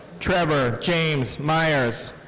trevor james maiers.